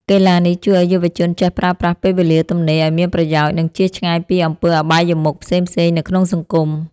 កីឡានេះជួយឱ្យយុវជនចេះប្រើប្រាស់ពេលវេលាទំនេរឱ្យមានប្រយោជន៍ និងជៀសឆ្ងាយពីអំពើអបាយមុខផ្សេងៗនៅក្នុងសង្គម។